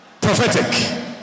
Prophetic